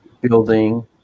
building